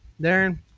Darren